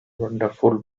wonderful